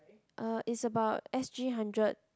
uh it's about S_G hundred